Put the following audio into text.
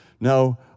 Now